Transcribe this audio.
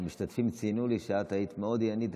המשתתפים ציינו לפניי שאת היית מאוד עניינית.